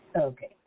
Okay